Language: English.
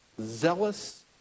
zealous